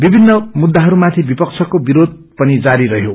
विभिन ुद्दाहरूमाथि विपक्षको विरोध पनि जारी रहयो